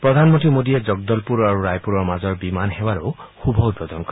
প্ৰধানমন্ত্ৰী মোডীয়ে জগদলপুৰ আৰু ৰায়পুৰৰ মাজৰ বিমান সেৱাৰো শুভ উদ্বোধন কৰিব